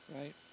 right